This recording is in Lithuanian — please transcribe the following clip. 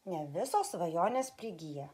ne visos svajonės prigija